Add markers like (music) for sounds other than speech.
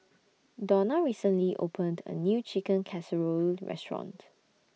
(noise) Donna recently opened A New Chicken (noise) Casserole Restaurant